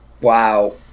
Wow